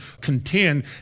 contend